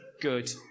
good